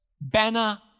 banner